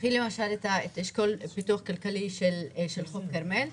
קחי למשל את מנוף הפיתוח הכלכלי של חוף כרמל,